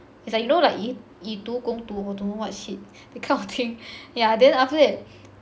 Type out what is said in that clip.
it's like you know like 以以毒攻毒 or don't know what shit that kind of thing yeah then after that